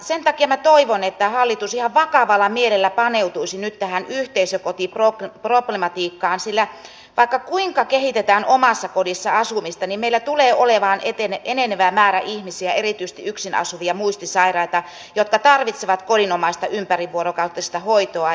sen takia minä toivon että hallitus ihan vakavalla mielellä paneutuisi nyt tähän yhteisökotiproblematiikkaan sillä vaikka kuinka kehitetään omassa kodissa asumista niin meillä tulee olemaan enenevä määrä ihmisiä erityisesti yksin asuvia muistisairaita jotka tarvitsevat kodinomaista ympärivuorokautista hoitoa